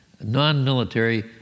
non-military